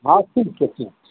हाँ ठीक छै ठीक छै